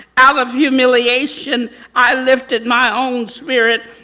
out of humiliation i lifted my own spirit.